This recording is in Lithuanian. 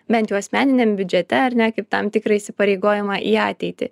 bent jo asmeniniam biudžete ar ne kaip tam tikrą įsipareigojimą į ateitį